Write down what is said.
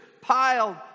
piled